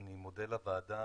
אני מודה לוועדה